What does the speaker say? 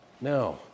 Now